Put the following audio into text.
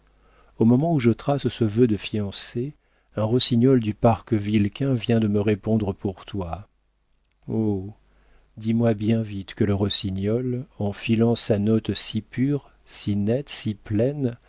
au moment où je trace ce vœu de fiancée un rossignol du parc vilquin vient de me répondre pour toi oh dis-moi bien vite que le rossignol en filant sa note si pure si nette si pleine